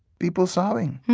people sobbing.